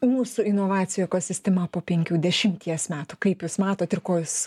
mūsų inovacijų ekosistema po penkių dešimties metų kaip jūs matot ir ko jūs